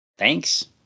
Thanks